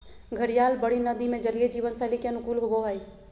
घड़ियाल बड़ी नदि में जलीय जीवन शैली के अनुकूल होबो हइ